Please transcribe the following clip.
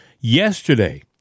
Yesterday